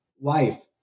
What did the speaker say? life